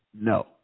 No